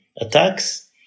attacks